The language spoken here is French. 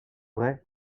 vrai